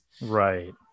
right